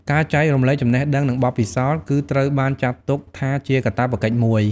ការចែករំលែកចំណេះដឹងនឹងបទពិសោធន៍ គឺត្រូវបានចាត់ទុកថាជាកាតព្វកិច្ចមួយ។